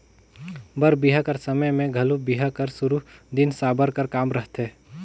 बर बिहा कर समे मे घलो बिहा कर सुरू दिन साबर कर काम रहथे